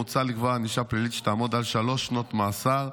מוצע לקבוע ענישה פלילית שתעמוד על שלוש שנות מאסר,